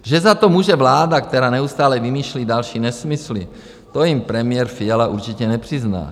Že za to může vláda, která neustále vymýšlí další nesmysly, to jim premiér Fiala určitě nepřizná.